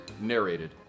narrated